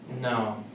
No